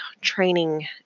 Training